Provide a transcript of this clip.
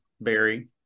Barry